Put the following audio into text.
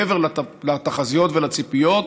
מעבר לתחזיות ולציפיות,